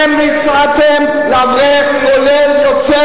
לא היה לך ולא נברא.